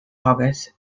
august